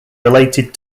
related